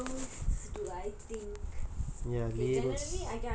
what labels do I think